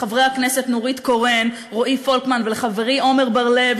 לחברי הכנסת נורית קורן ורועי פולקמן ולחברי עמר בר-לב,